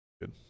good